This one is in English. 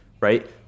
right